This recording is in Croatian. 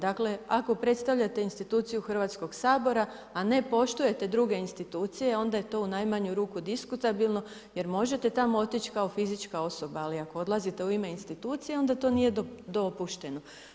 Dakle ako predstavljate instituciju Hrvatskog sabora, a ne poštujete druge institucije onda je to u najmanju ruku diskutabilno jer možete tamo otić kao fizička osoba, ali ako odlazite u ime institucije onda to nije dopušteno.